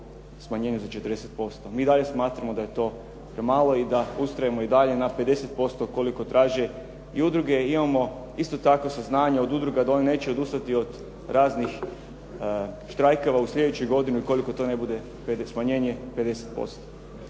smanjenju za 40%. Mi i dalje smatramo da je to premalo i da ustrajemo i dalje na 50% koliko traže i udruge. I imao isto tako saznanja od udruga da oni neće odustati od raznih štrajkova u sljedećoj godini ukoliko to ne bude smanjenje 50%.